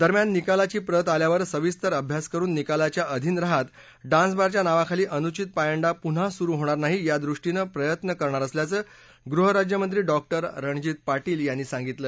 दरम्यान निकालाची प्रत आल्यावर सविस्तर अभ्यास करुन निकालाच्या अधीन राहात डान्सबारच्या नावाखाली अनुचित पायंडा पुन्हा सुरु होणार नाही यादृष्टीनं प्रयत्न करणार असल्याचं गृहराज्यमंत्री डॉ रणजित पाटील यांनी सांगितलं